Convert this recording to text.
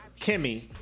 Kimmy